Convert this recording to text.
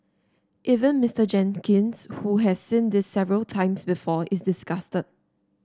even Mister Jenkins who has seen this several times before is disgusted